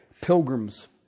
Pilgrim's